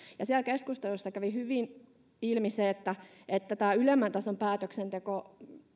siellä keskustelussa kävi hyvin ilmi että että ylemmän tason päätöksenteon